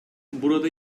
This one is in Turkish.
burada